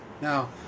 Now